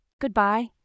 Goodbye